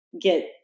get